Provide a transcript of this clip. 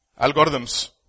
algorithms